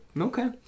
Okay